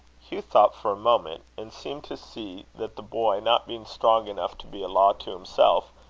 hugh thought for a moment, and seemed to see that the boy, not being strong enough to be a law to himself,